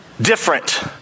different